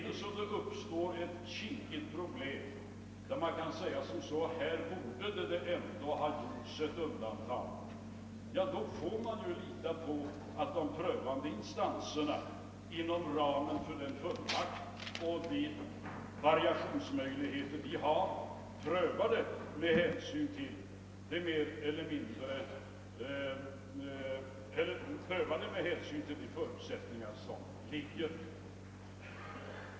Om det uppstår ett besvärligt problem, varom man kan säga att ett undantag borde ha gjorts, får man lita på att de prövande instanserna inom ramen för den fullmakt och de variationsmöjligheter de har prövar fallet med hänsyn till de förutsättningar som föreligger.